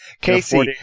Casey